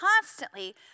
constantly